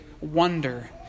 wonder